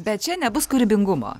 bet čia nebus kūrybingumo